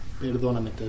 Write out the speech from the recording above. Perdóname